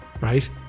right